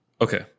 Okay